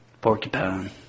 porcupine